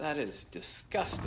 that is disgustin